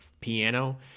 piano